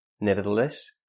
Nevertheless